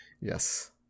yes